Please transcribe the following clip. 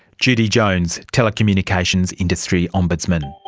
judy jones, telecommunications industry ombudsman.